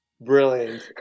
Brilliant